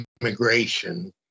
immigration